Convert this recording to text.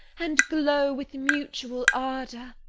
and glow with mutual ardour